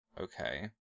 Okay